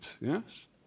yes